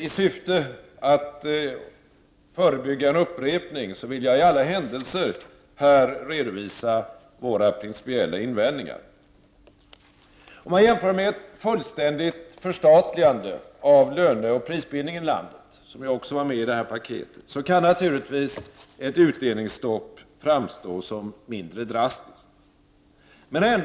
I syfte att förebygga en upprepning vill jag i alla händelser här redovisa våra principiella invändningar. Om man jämför med ett fullständigt förstatligande av löneoch prisbildningen i landet som också var med i paketet, kan naturligtvis ett utdelningsstopp framstå som mindre drastiskt.